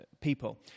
people